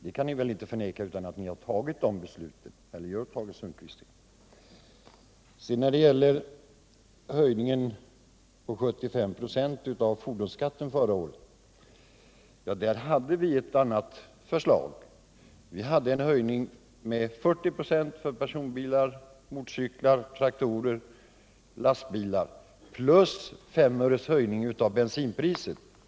Det går väl inte att förneka att ni har fattat dessa beslut, eller gör Tage Sundkvist det? När det sedan gäller förra årets höjning av fordonsskatten med 75 96 hade vi ett annat förslag. Vi föreslog en höjning med 40 96 för personbilar, motorcyklar, traktorer och lastbilar plus en höjning av bensinpriset med 5 öre.